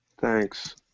Thanks